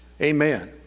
Amen